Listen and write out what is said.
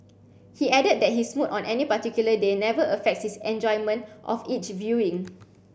he added that his mood on any particular day never affects his enjoyment of each viewing